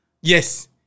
Yes